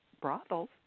brothels